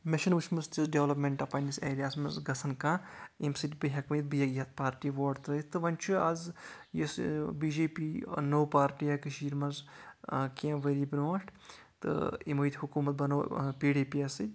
مےٚ چھےٚ نہٕ وٕچھمٕژ تِژھ ڈیولپمنٹ پَنٕنِس ایریاہَس منٛز گژھان کانٛہہ ییٚمہِ سۭتۍ بہٕ ہٮ۪کہٕ ؤنِتھ بہٕ یَتھ پارٹی ووٹ ترٲیِتھ تہٕ وۄنۍ چھُ آز یس بی جے پی نٔو پارٹی آے کٔشیٖر منٛز کیٚنٛہہ ؤری برونٛٹھ تہٕ یمو ییٚتہِ حکوٗمَت بَنٲو پی ڈی پی یس سۭتۍ